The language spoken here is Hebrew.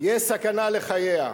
יש סכנה לחייה.